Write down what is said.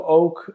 ook